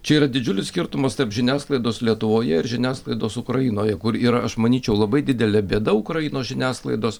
čia yra didžiulis skirtumas tarp žiniasklaidos lietuvoje ir žiniasklaidos ukrainoje kur yra aš manyčiau labai didelė bėda ukrainos žiniasklaidos